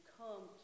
come